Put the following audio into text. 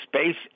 space